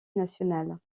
nationale